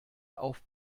auf